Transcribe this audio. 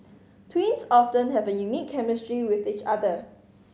twins often have a unique chemistry with each other